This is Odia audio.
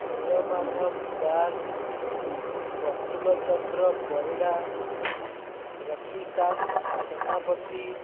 ନୀଳମାଧବ ଦାସ ପ୍ରଫୁଲ୍ଲ ଚନ୍ଦ୍ର ପରିଡ଼ା ରତିକାନ୍ତ ସେନାପତି